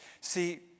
See